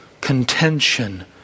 contention